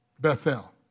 Bethel